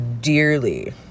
dearly